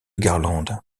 garlande